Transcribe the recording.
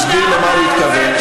הוא הסביר למה הוא התכוון.